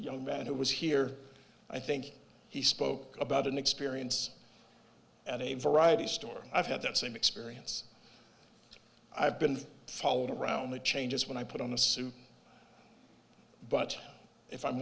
young man who was here i think he spoke about an experience at a variety store i've had that same experience i've been followed around the changes when i put on a suit but if i'm